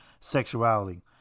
sexuality